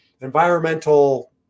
environmental